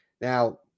Now